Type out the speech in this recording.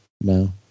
No